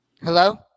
Hello